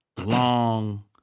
long